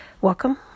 welcome